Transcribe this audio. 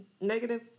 negative